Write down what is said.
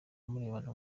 murebana